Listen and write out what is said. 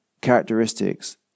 characteristics